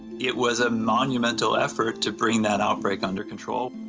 it was a monumental effort to bring that outbreak under control.